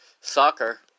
soccer